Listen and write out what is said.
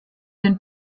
den